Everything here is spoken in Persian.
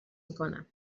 میکنم